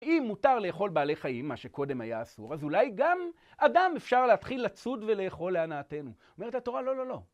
אם מותר לאכול בעלי חיים, מה שקודם היה אסור, אז אולי גם אדם אפשר להתחיל לצוד ולאכול להנאתנו. אומרת התורה, לא, לא, לא.